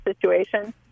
situation